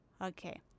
okay